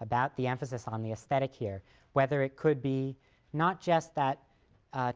about the emphasis on the aesthetic here whether it could be not just that